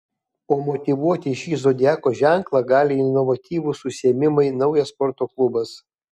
o motyvuoti šį zodiako ženklą gali inovatyvūs užsiėmimai naujas sporto klubas